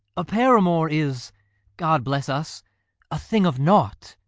a paramour is god bless us a thing of naught.